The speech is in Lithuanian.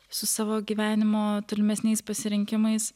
su savo gyvenimo tolimesniais pasirinkimais